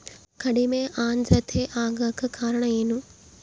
ಕಡಿಮೆ ಆಂದ್ರತೆ ಆಗಕ ಕಾರಣ ಏನು?